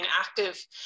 active